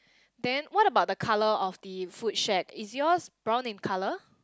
then what about the colour of the food shack is yours brown in colour